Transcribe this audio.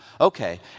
Okay